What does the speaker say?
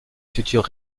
futur